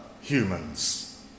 humans